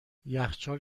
یخچال